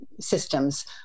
systems